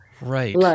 Right